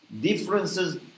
Differences